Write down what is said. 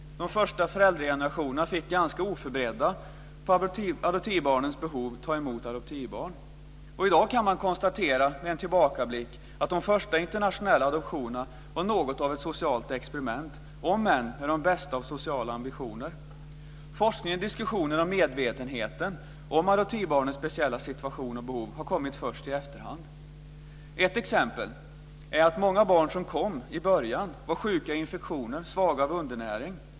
De första föräldragenerationerna fick ganska oförberedda på adoptivbarnens behov ta emot barnen. I dag kan man med en tillbakablick konstatera att de första internationella adoptionerna var något av ett socialt experiment, om än med de bästa av sociala ambitioner. Forskningen, diskussionen och medvetenheten om adoptivbarnens speciella situation och behov har kommit först i efterhand. Ett exempel är att många barn som kom i början var sjuka i infektioner och svaga av undernäring.